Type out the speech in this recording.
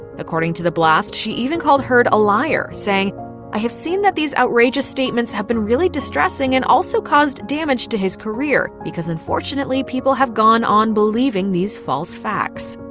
according to the blast, she even called heard a liar, saying i have seen that these outrageous statements have been really distressing, and also caused damage to his career because unfortunately, people have gone on believing believing these false facts.